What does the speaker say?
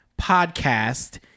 podcast